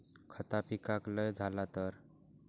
खता पिकाक लय झाला तर?